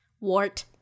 Wart